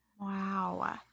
Wow